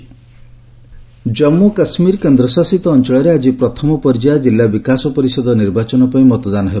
JK DDC election Jammu Kashmir କେନ୍ଦ୍ର ଶାସିତ ଅଞ୍ଚଳରେ ଆଜି ପ୍ରଥମ ପର୍ଯ୍ୟାୟ କିଲ୍ଲା ବିକାଶ ପରିଷଦ ନିର୍ବାଚନ ପାଇଁ ମତଦାନ ହେବ